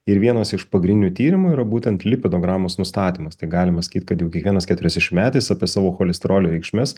ir vienas iš pagrindinių tyrimų yra būtent lipidogramos nustatymas tai galima sakyt kad kiekvienas keturiasdešimtmetis apie savo cholesterolio reikšmes